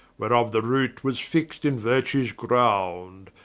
whereof the root was fixt in vertues ground,